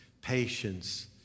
patience